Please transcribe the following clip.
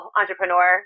entrepreneur